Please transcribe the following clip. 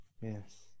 Yes